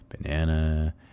banana